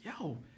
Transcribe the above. yo